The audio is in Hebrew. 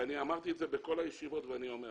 ואמרתי את זה בכל הישיבות ואני אומר.